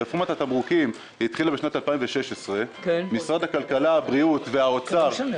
רפורמת התמרוקים התחילה בשנת 2016. משרד הכלכלה והתעשייה,